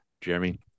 Jeremy